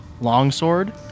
longsword